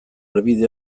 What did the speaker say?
helbide